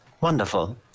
Wonderful